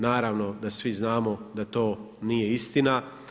Naravno da svi znamo da to nije istina.